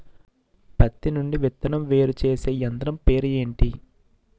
పత్తి నుండి విత్తనం వేరుచేసే యంత్రం పేరు ఏంటి